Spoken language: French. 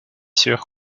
sûr